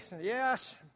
yes